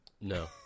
No